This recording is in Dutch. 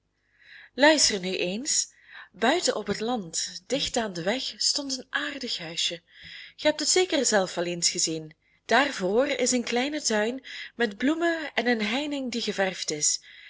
luister nu eens buiten op het land dicht aan den weg stond een aardig huisje ge hebt het zeker zelf wel eens gezien daarvoor is een kleine tuin met bloemen en een heining die geverfd is